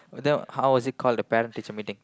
then how was it called a parent teacher meeting